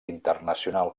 internacional